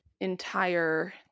entire